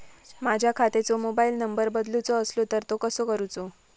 माझ्या खात्याचो mobile number बदलुचो असलो तर तो कसो करूचो?